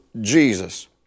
Jesus